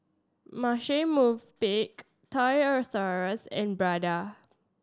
Marche Movenpick Toys R Us and Prada